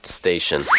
station